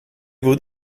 would